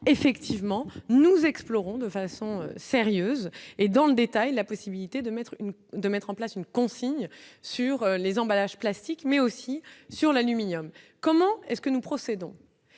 effectivement nous explorons de façon sérieuse et dans le détail, la possibilité de mettre une de mettre en place une consigne sur les emballages. Classique, mais aussi sur l'aluminium, comment est-ce que nous procédons,